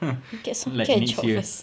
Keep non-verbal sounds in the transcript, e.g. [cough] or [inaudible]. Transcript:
[laughs] like next year